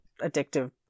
addictive